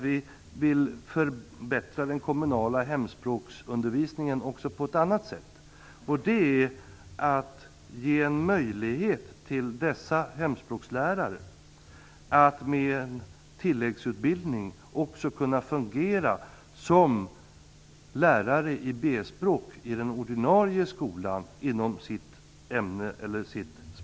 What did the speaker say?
Vi vill förbättra den kommunala hemspråksundervisningen också på ett annat sätt, nämligen genom att ge en möjlighet för hemspråkslärare att efter en tilläggsutbildning i sitt språk fungera också som lärare i B-språk i den ordinarie skolan.